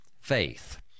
faith